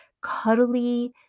cuddly